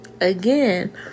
again